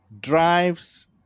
drives